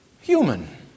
human